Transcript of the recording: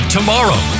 Tomorrow